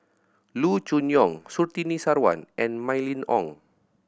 Loo Choon Yong Surtini Sarwan and Mylene Ong